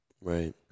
Right